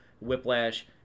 Whiplash